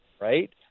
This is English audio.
Right